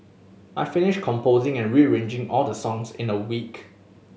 I finished composing and rearranging all the songs in a week